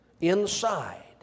inside